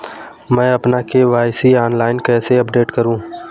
मैं अपना KYC online कैसे अपडेट करूँ?